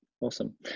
Awesome